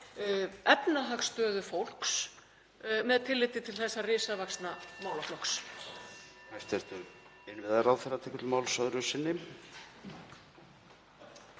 efnahagsstöðu fólks með tilliti til þessa risavaxna málaflokks.